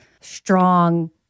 strong